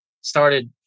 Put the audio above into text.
started